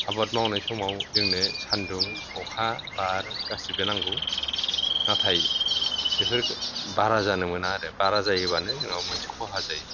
आबाद मावनाय समाव जोंनो सानदुं अखा बार गासिबो नांगौ नाथाय बेफोर बारा जानो मोना आरो बारा जायोबानो जोंनाव मोनसे खहा जायो